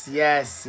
yes